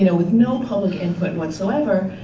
you know with no public input whatsoever,